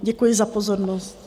Děkuji za pozornost.